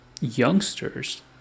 youngsters